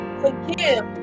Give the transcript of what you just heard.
forgive